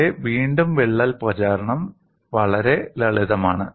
അവിടെ വീണ്ടും വിള്ളൽ പ്രചരണം വളരെ ലളിതമാണ്